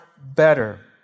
better